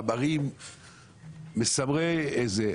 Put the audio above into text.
מאמרים מסמרי שיער.